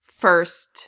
first